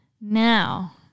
now